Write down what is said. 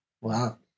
Wow